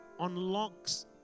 unlocks